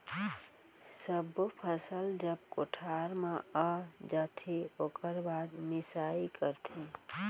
सब्बो फसल जब कोठार म आ जाथे ओकर बाद मिंसाई करथे